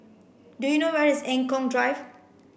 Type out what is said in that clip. do you know where is Eng Kong Drive